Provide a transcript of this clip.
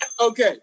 Okay